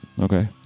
Okay